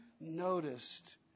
noticed